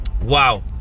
Wow